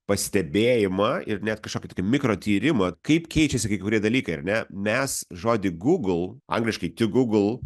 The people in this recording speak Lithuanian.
pastebėjimą ir net kažkokį tokį mikro tyrimą kaip keičiasi kai kurie dalykai ar ne mes žodį google angliškai tik google